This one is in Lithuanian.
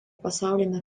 pasaulinį